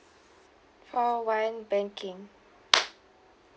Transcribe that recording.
call one banking